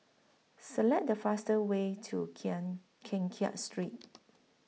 Select The faster Way to Kiat Keng Kiat Street